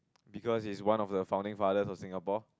because he's one of the founding father of Singapore